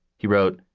he wrote,